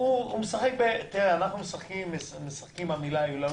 אנחנו משחקים במשהו